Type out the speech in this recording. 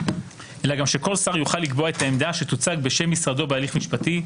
אלא גם שכל שר יוכל לקבוע את העמדה שתוצג בשם משרדו בהליך משפטי,